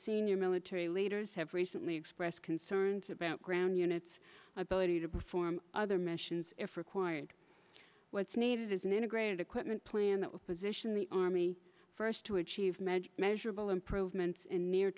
senior military leaders have recently expressed concerns about ground units ability to perform other missions if required what's needed is an integrated equipment plan that will position the army first to achieve maj measurable improvements in near